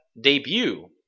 debut